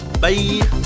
Bye